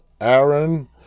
Aaron